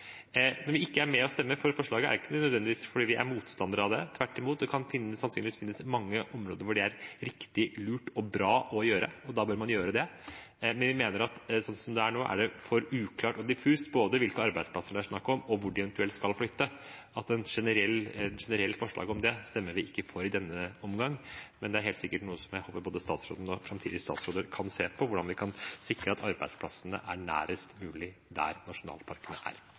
Når vi ikke er med og stemmer for forslaget, er det ikke nødvendigvis fordi vi er motstander av det. Tvert imot, det kan sannsynligvis finnes mange områder hvor det er riktig, lurt og bra å gjøre, og da bør man gjøre det. Men vi mener at sånn som det er nå, er det for uklart og diffust både hvilke arbeidsplasser det er snakk om, og hvor de eventuelt skal flytte, så et generelt forslag om det stemmer vi ikke for i denne omgang, men det er helt sikkert noe jeg håper både statsråden og framtidige statsråder kan se på, hvordan vi kan sikre at arbeidsplassene er nærest mulig der nasjonalparkene er.